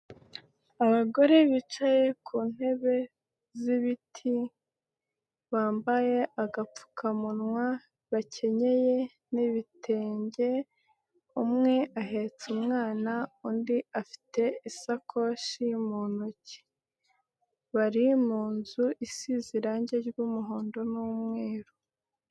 Abagore bicaye ku ntebe z'ibiti bambaye agapfukamunwa bakenyeye n'ibitenge, umwe ahetse umwana undi afite isakoshi mu ntoki, bari mu nzu isize irange ry'umuhondo n'umweru.